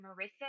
Marissa